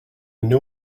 new